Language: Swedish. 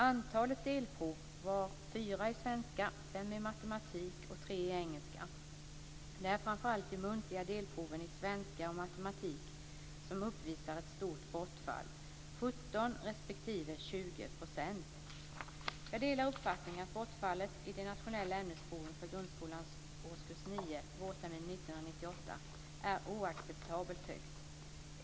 Antalet delprov var fyra i svenska, fem i matematik och tre i engelska. Det är framför allt de muntliga delproven i svenska och matematik som uppvisar ett stort bortfall, 17 respektive 20 %. Jag delar uppfattningen att bortfallet i de nationella ämnesproven för grundskolans årskurs 9 vårterminen 1998 är oacceptabelt högt.